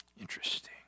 Interesting